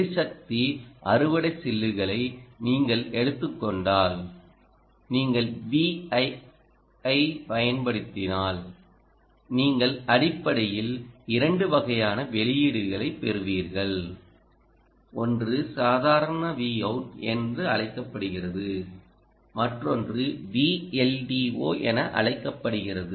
எரிசக்தி அறுவடை சில்லுகளை நீங்கள் எடுத்துக் கொண்டால் நீங்கள் Vi ஐப் பயன்படுத்தினால் நீங்கள் அடிப்படையில் 2 வகையான வெளியீடுகளைப் பெறுவீர்கள் ஒன்று சாதாரண Vout என அழைக்கப்படுகிறது மற்றொன்று VLDO என அழைக்கப்படுகிறது